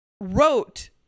wrote